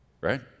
right